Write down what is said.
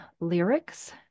lyrics